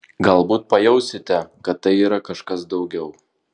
galbūt pajausite kad tai yra kažkas daugiau